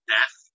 Death